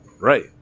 Right